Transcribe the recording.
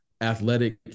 athletic